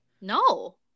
No